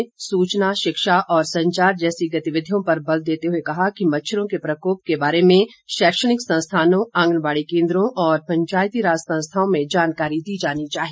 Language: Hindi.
आर डी धीमान ने सूचना शिक्षा और संचार जैसी गतिविधियों पर बल देते हुए कहा कि मच्छरों के प्रकोप के बारे में शैक्षणिक संस्थानों आंगनबाड़ी केंद्रों और पंचायती राज संस्थाओं में जानकारी दी जानी चाहिए